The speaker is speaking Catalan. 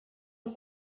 els